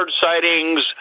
sightings